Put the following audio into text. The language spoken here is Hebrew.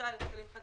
25,000 שקלים חדשים,